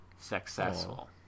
Successful